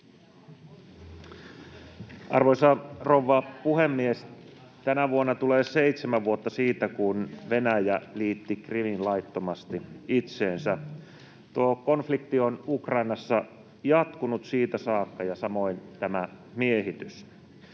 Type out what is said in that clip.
Arvoisa rouva puhemies! Tänä vuonna tulee kuluneeksi 7 vuotta siitä, kun Venäjä liitti Krimin laittomasti itseensä. Tuo konflikti on Ukrainassa jatkunut siitä saakka ja samoin tämä miehitys.